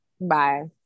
Bye